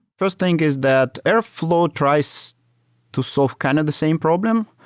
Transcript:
first thing is that airflow tries to solve kind of the same problem,